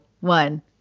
one